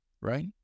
right